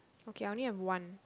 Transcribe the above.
okay I only have one